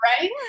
right